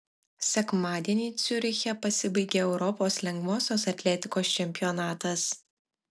sekmadienį ciuriche pasibaigė europos lengvosios atletikos čempionatas